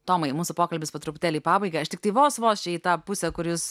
tomai mūsų pokalbis po truputėlį į pabaigą aš tiktai vos vos čia į tą pusę kur jūs